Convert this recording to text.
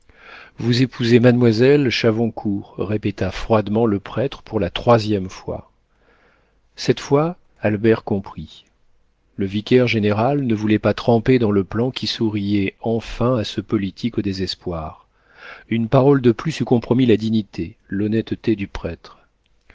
vous épousez mademoiselle chavoncourt répéta froidement le prêtre pour la troisième fois cette fois albert comprit le vicaire-général ne voulait pas tremper dans le plan qui souriait enfin à ce politique au désespoir une parole de plus eût compromis la dignité l'honnêteté du prêtre